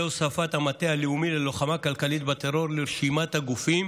הוספת המטה הלאומי ללוחמה כלכלית בטרור לרשימת הגופים